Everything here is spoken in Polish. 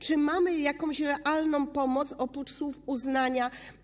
Czy mamy jakąś realną pomoc oprócz słów uznania?